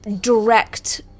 direct